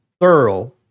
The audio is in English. thorough